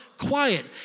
Quiet